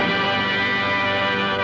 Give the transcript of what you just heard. and